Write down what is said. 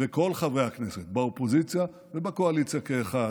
וכל חברי הכנסת באופוזיציה ובקואליציה כאחד,